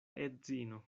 edzino